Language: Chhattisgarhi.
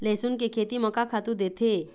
लेसुन के खेती म का खातू देथे?